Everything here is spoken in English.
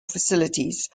facilities